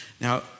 Now